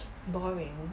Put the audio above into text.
boring